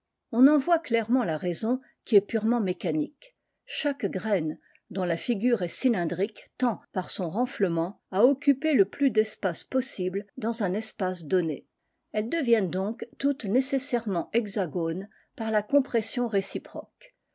on en voit clairement la raison qui est purement mécanique chaque graine dont la figure est cylindrique tend par son renflement à occuper le plus d'espace possible dans un espace donné elles deviennent donc toutes nécessairement hexagones par la compression réciproque